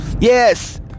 Yes